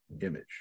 image